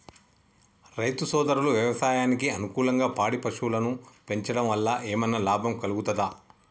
రైతు సోదరులు వ్యవసాయానికి అనుకూలంగా పాడి పశువులను పెంచడం వల్ల ఏమన్నా లాభం కలుగుతదా?